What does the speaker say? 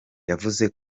yavuze